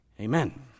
amen